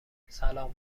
سلام